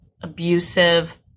abusive